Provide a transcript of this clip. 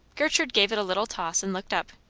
gertrude gave it a little toss and looked up.